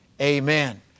Amen